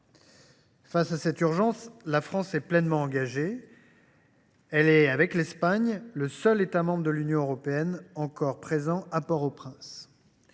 Face à cette urgence, la France est pleinement engagée. Elle est, avec l’Espagne, le seul État membre de l’Union européenne encore présent à Port au Prince.